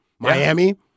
Miami